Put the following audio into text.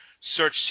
search